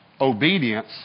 Obedience